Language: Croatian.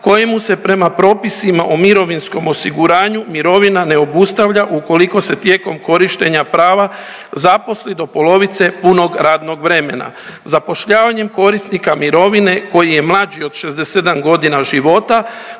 kojemu se prema propisima o mirovinskom osiguranju mirovina ne obustavlja ukoliko se tijekom korištenja prava zaposli do polovice punog radnog vremena. Zapošljavanjem korisnika mirovine koji je mlađi od 67 godina života